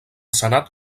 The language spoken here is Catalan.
senat